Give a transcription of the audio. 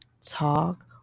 Talk